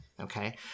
okay